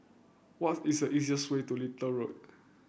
what is the easiest way to Little Road